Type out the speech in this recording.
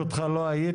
לפטמה אבו